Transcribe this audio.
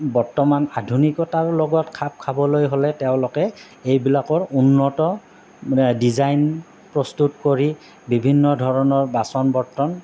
বৰ্তমান আধুনিকতাৰ লগত খাপ খাবলৈ হ'লে তেওঁলোকে এইবিলাকৰ উন্নত ডিজাইন প্ৰস্তুত কৰি বিভিন্ন ধৰণৰ বাচন বৰ্তন